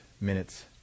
minutes